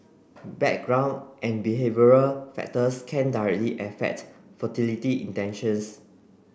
background and behavioural factors can directly affect fertility intentions